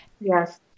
Yes